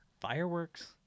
Fireworks